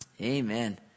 Amen